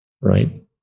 Right